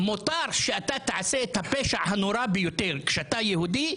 מותר שאתה תעשה את הפשע הנורא ביותר כשאתה יהודי,